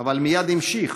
אבל מייד המשיך: